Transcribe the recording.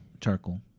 Charcoal